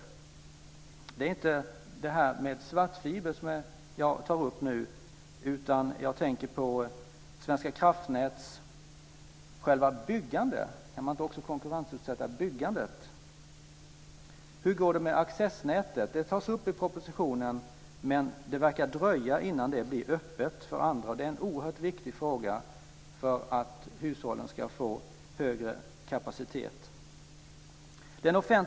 Jag tar inte upp frågan om svartfiber nu utan jag tänker på Svenska Kraftnäts byggande. Går det inte att konkurrensutsätta byggande? Hur går det med accessnätet? Det tas upp i propositionen, men det verkar dröja innan det blir öppet för andra. Det är en oerhört viktig fråga för att hushållen ska få en högre kapacitet. Fru talman!